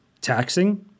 Taxing